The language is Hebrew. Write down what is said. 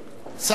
שר הביטחון,